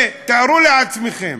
ותארו לעצמכם,